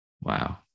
Wow